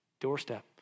doorstep